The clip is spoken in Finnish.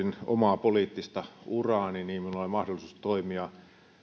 omaa poliittista uraani minulla oli mahdollisuus toimia